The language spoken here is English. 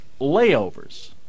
layovers